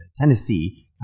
Tennessee